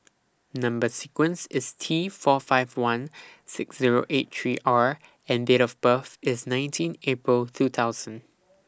Number sequence IS T four five one six Zero eight three R and Date of birth IS nineteen April two thousand